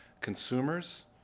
consumers